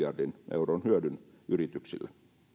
euron hyödyn yrityksille